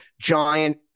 giant